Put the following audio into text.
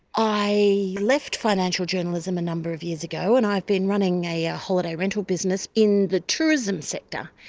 i left financial journalism a number of years ago and i've been running a a holiday rental business in the tourism sector.